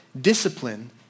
discipline